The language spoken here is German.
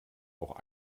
auch